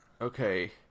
Okay